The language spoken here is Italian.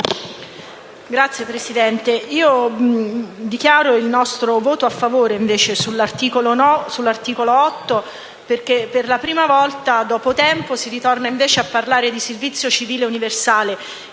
Signora Presidente, dichiaro il nostro voto a favore dell'articolo 8, perché per la prima volta, dopo tempo, si ritorna a parlare di servizio civile universale